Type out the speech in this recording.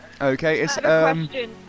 Okay